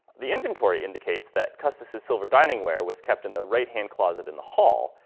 the inventory indicates that custis' has silver dining ware was kept in the right-hand closet in the hall.